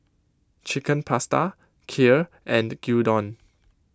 Chicken Pasta Kheer and Gyudon